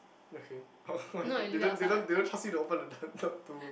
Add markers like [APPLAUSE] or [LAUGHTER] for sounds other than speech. okay oh [LAUGHS] didn't didn't didn't trust me to open the the to